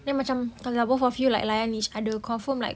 then macam both of you like layan each other confirm like